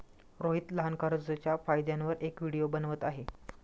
रोहित लहान कर्जच्या फायद्यांवर एक व्हिडिओ बनवत आहे